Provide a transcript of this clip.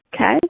Okay